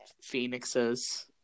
phoenixes